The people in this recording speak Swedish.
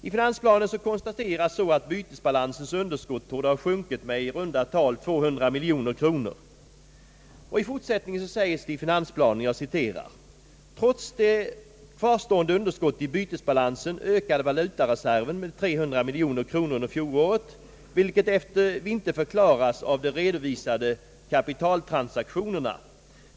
I finansplanen konstateras att bytesbalansens underskott torde ha sjunkit med i runt tal 200 miljoner kronor. I fortsättningen heter det i finansplanen: »Trots det kvarstående underskottet i bytesbalansen ökade «valutareserven med ca 300 milj.kr. under fjolåret, vilket inte förklaras av de redovisade kapitaltransaktionerna.